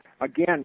again